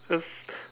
that's